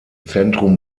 zentrum